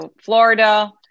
Florida